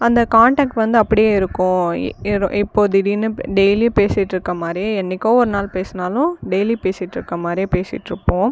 அந்த கான்டேக்ட் வந்து அப்படியே இருக்கும் எ ஏதோ இப்போது திடீர்னு டெய்லி பேசிட்டுயிருக்க மாதிரியே என்னைக்கோ ஒரு நாள் பேசுனாலும் டெய்லியும் பேசிட்டுயிருக்க மாதிரியே பேசிட்டுயிருப்போம்